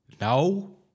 No